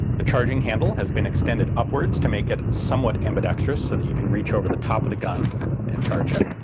the charging handle has been extended upwards to make it somewhat ambidextrous, so that you can reach over the top of the gun and charge it,